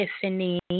Tiffany